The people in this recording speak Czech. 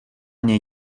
něj